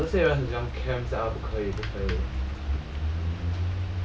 !wah! 这些人很喜欢 camp sia 不可以不可以